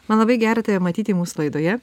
man labai gera tave matyti mūsų laidoje